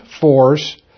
force